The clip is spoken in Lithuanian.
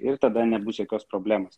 ir tada nebus jokios problemos